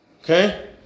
Okay